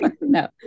no